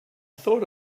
thought